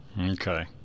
okay